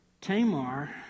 Tamar